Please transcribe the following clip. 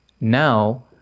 now